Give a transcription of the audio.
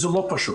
וזה לא פשוט.